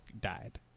died